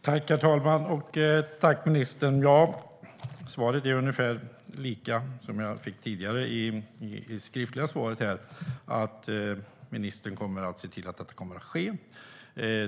Herr talman! Tack, ministern! Svaret är ungefär detsamma som det skriftliga interpellationssvaret, det vill säga att ministern kommer att se till att detta kommer att ske.